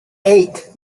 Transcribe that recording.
eight